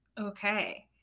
okay